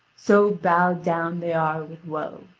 so bowed down they are with woe.